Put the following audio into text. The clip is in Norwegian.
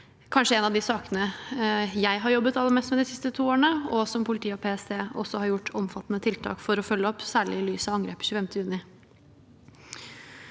kanskje en av de sakene jeg har jobbet aller mest med de siste to årene, og som politiet og PST også har iverksatt omfattende tiltak for å følge opp, særlig i lys av angrepet 25. juni.